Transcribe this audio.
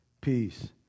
peace